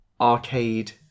arcade